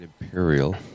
Imperial